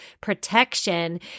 protection